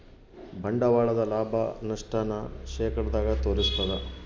ಬಂಡವಾಳದ ಲಾಭ, ನಷ್ಟ ನ ಶೇಕಡದಾಗ ತೋರಿಸ್ತಾದ